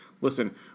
listen